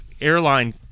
Airline